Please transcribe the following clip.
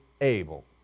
able